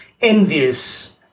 envious